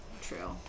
True